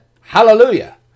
Hallelujah